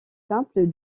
simple